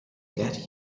get